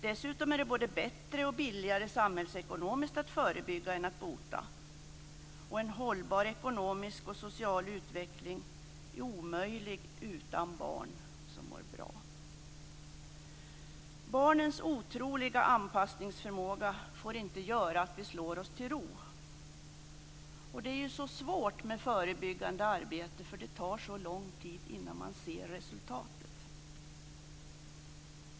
Dessutom är det både bättre och billigare samhällsekonomiskt att förebygga än att bota. En hållbar ekonomisk och social utveckling är omöjlig utan barn som mår bra. Barns otroliga anpassningsförmåga får inte göra att vi slår oss till ro. Det är svårt med förebyggande åtgärder, för det tar så lång tid innan man ser resultaten.